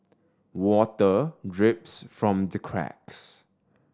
water drips from the cracks